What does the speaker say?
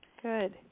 Good